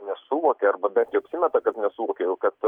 nesuvokia arba bent jau apsimeta kad nesuvokiau kad